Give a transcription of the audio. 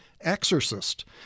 exorcist